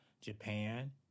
japan